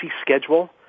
schedule